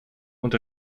und